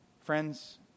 Friends